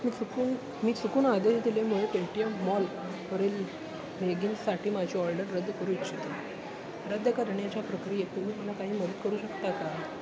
मी चुकून मी चुकून आदेश दिल्यामुळे पेटीएम मॉलवरील लेगिन्ससाठी माझी ऑर्डर रद्द करू इच्छितो रद्द करण्याच्या प्रक्रियेत तुम्ही मला काही मदत करू शकता का